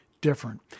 different